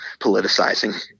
politicizing